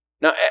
Now